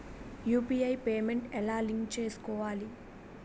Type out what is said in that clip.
UPI payment ఎలా link చేసుకోవాలి?